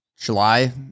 July